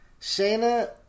Shayna